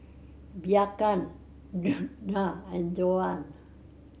Bianca Djuana and Joann